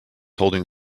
holding